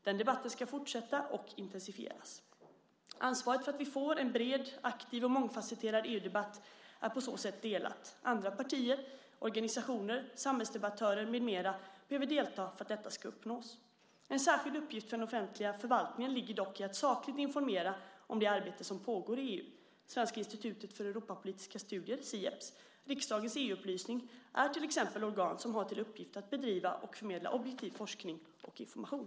Den debatten ska fortsätta och intensifieras. Ansvaret för att vi får en bred, aktiv och mångfasetterad EU-debatt är på så sätt delat. Andra partier, organisationer, samhällsdebattörer med flera behöver delta för att detta ska uppnås. En särskild uppgift för den offentliga förvaltningen ligger dock i att sakligt informera om det arbete som pågår i EU. Svenska institutet för europapolitiska studier, Sieps, och riksdagens EU-upplysning är till exempel organ som har till uppgift att bedriva och förmedla objektiv forskning och information.